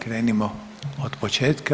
Krenimo od početka.